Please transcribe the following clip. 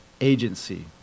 agency